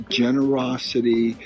generosity